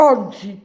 Oggi